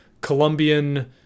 Colombian